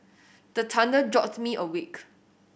the thunder jolt me awake